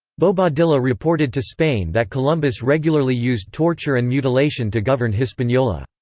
bobadilla reported to spain that columbus regularly used torture and mutilation to govern hispaniola.